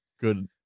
good